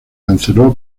canceló